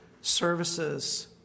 services